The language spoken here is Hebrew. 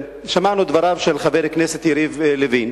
שמענו את דבריו של חבר הכנסת לוין,